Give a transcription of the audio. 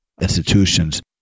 institutions